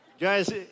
guys